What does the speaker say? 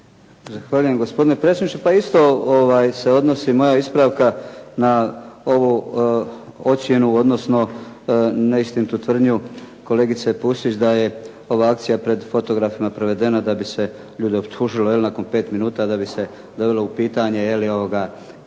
Zahvaljujem gospodine predsjedniče. Pa isto se odnosi moja ispravka na ovu ocjenu, odnosno neistinitu tvrdnju kolegice Pusić da je ova akcija pred fotografima provedena da bi se ljude optužilo jel' nakon 5 minuta da bi se dovelo u pitanje i policiju